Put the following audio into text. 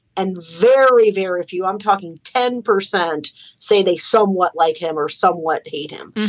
and very, very few i'm talking ten percent say they somewhat like him or somewhat hate him.